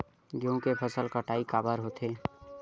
गेहूं के फसल कटाई काबर होथे?